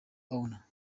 owner